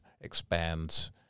expands